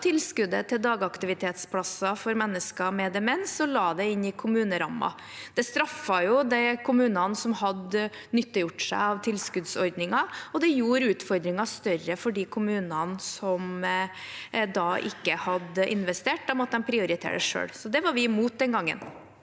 tilskuddet til dagaktivitetsplasser for mennesker med demens og la det inn i kommunerammen. Det straffet de kommunene som hadde nyttiggjort seg tilskuddsordningen, og det gjorde utfordringen større for de kommunene som ikke hadde investert. Da måtte de prioritere selv. Det var vi imot den gangen.